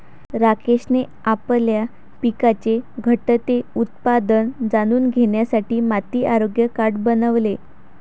राकेशने आपल्या पिकाचे घटते उत्पादन जाणून घेण्यासाठी माती आरोग्य कार्ड बनवले